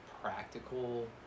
practical